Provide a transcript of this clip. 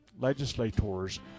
legislators